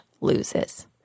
loses